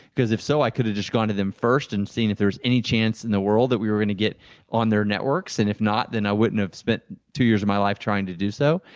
because if so, i could have just gone to them first and seen if there's any chance in the world that we were going to get on their networks and if not, then i wouldn't have spent two years of my life trying to do so,